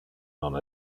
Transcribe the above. non